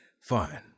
Fine